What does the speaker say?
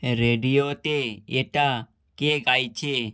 রেডিওতে এটা কে গাইছে